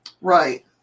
Right